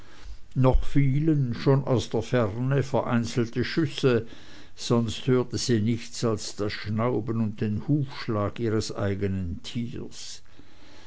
noch fielen schon aus der ferne vereinzelte schüsse sonst hörte sie nichts als das schnauben und den hufschlag ihres eigenen tieres